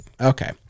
Okay